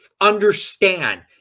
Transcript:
understand